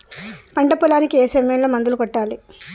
పంట పొలానికి ఏ సమయంలో మందులు కొట్టాలి?